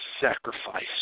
sacrifice